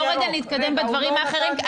בואו נתקדם בדברים האחרים,